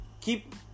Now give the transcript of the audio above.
keep